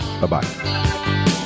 Bye-bye